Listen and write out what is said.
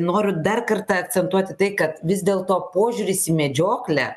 noriu dar kartą akcentuoti tai kad vis dėlto požiūris į medžioklę